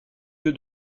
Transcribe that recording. lieu